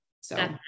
So-